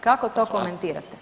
Kako to komentirate?